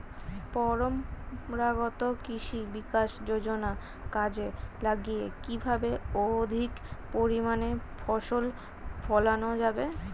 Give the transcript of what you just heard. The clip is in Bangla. পরম্পরাগত কৃষি বিকাশ যোজনা কাজে লাগিয়ে কিভাবে অধিক পরিমাণে ফসল ফলানো যাবে?